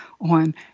on